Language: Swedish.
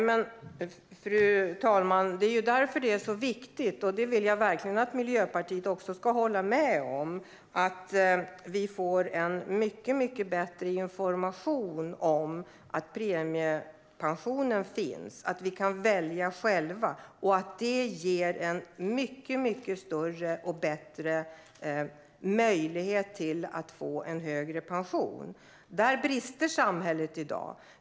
Fru talman! Det är därför det är så viktigt - och det vill jag verkligen att Miljöpartiet ska hålla med om - att vi får mycket bättre information om att premiepensionen finns, om att vi kan välja själva och om att det ger en mycket större och bättre möjlighet till att få en högre pension. Där brister samhället i dag.